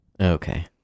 Okay